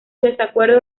desacuerdo